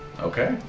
Okay